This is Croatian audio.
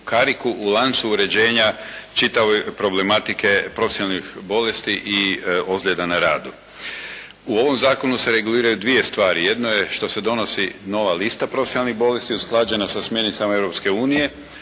u lancu uređenja čitave problematike profesionalnih bolesti i ozljeda na radu. U ovom Zakonu se reguliraju dvije stvari. Jedno je što se donosi nova lista profesionalnih bolesti usklađena sa smjernica